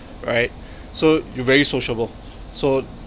right so you're very sociable so